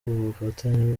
ubufatanye